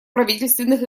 правительственных